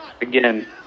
Again